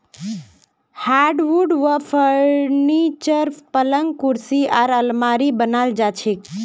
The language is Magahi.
हार्डवुड स फर्नीचर, पलंग कुर्सी आर आलमारी बनाल जा छेक